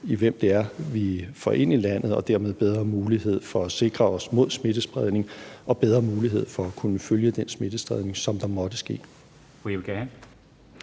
i, hvem det er, vi får ind i landet, og dermed bedre mulighed for at sikre os mod smittespredning og bedre mulighed for at kunne følge den smittespredning, som der måtte ske.